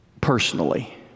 personally